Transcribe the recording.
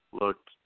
looked